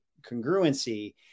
congruency